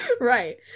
Right